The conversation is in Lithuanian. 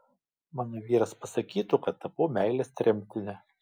mano vyras pasakytų kad tapau meilės tremtine